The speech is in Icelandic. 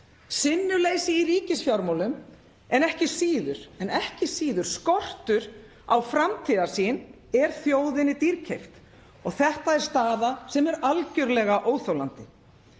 Sinnuleysi í ríkisfjármálum en ekki síður skortur á framtíðarsýn er þjóðinni dýrkeypt. Þetta er staða sem er algjörlega óþolandi.